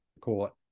court